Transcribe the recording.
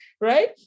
Right